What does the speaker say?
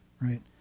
right